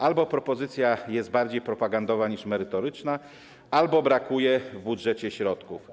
Albo propozycja jest bardziej propagandowa niż merytoryczna, albo brakuje w budżecie środków.